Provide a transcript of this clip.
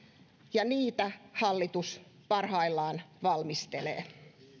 ja niitä hallitus parhaillaan valmistelee